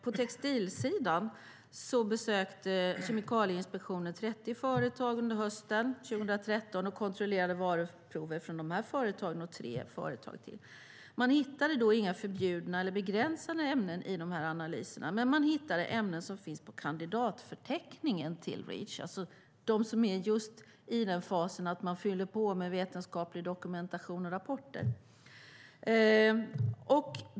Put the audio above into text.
På textilsidan besökte Kemikalieinspektionen 30 företag under hösten 2013, och man kontrollerade varuprover från de företagen och tre företag till. Man hittade då inga förbjudna eller begränsade ämnen i analyserna, men man hittade ämnen som finns på kandidatförteckningen till Reach. Det innebär att behandlingen av dessa ämnen är i den fasen att man fyller på med vetenskaplig dokumentation och rapporter.